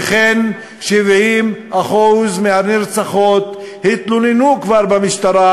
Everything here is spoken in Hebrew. שכן 70% מהנרצחות כבר התלוננו במשטרה,